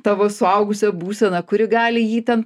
tavo suaugusią būseną kuri gali jį ten